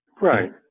Right